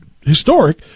historic